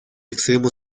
extremo